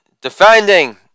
defending